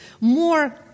more